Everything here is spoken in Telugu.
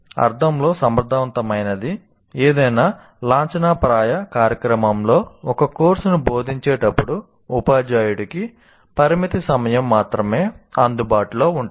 అర్థంలో సమర్థవంతమైనది ఏదైనా లాంఛనప్రాయ కార్యక్రమంలో ఒక కోర్సును బోధించేటప్పుడు ఉపాధ్యాయుడికి పరిమిత సమయం మాత్రమే అందుబాటులో ఉంటుంది